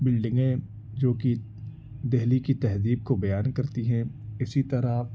بلڈنگیں جو کہ دلی کی تہذیب کو بیان کرتی ہیں اسی طرح